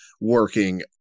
working